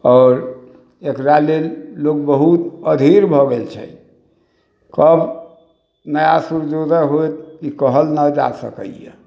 आओर एकरा लेल लोग बहुत अधीर भऽ गेल छथि कब नया सुरजोदय होयत इ कहल ना जा सकैया